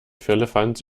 firlefanz